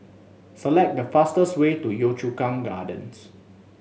select the fastest way to Yio Chu Kang Gardens